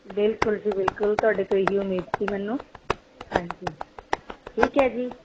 ਬਿਲਕੁਲ ਜੀ ਬਿਲਕੁਲ ਤੁਹਾਡੇ ਤੋਂ ਇਹ ਹੀ ਉਮੀਦ ਸੀ ਮੈਨੂੰ ਹਾਂਜੀ ਠੀਕ ਹੈ ਜੀ